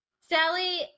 Sally